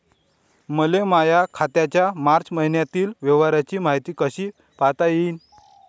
मले माया खात्याच्या मार्च मईन्यातील व्यवहाराची मायती कशी पायता येईन?